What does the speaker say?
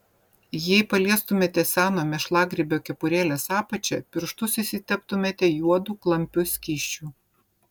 jei paliestumėte seno mėšlagrybio kepurėlės apačią pirštus išsiteptumėte juodu klampiu skysčiu